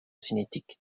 cinétique